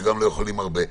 שלא יכולים לעבוד הרבה שעות.